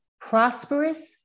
prosperous